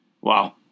Wow